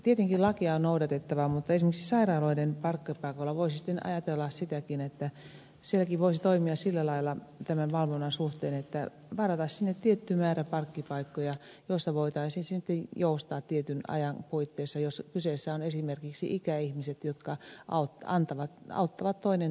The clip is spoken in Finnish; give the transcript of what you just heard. tietenkin lakia on noudatettava mutta esimerkiksi sairaaloiden parkkipaikoilla voisi ajatella sitäkin että sielläkin voisi toimia sillä lailla tämän valvonnan suhteen että varataan sinne tietty määrä parkkipaikkoja joissa voitaisiin sitten joustaa tietyn ajan puitteissa jos kyseessä ovat esimerkiksi ikäihmiset jotka auttavat toinen toistaan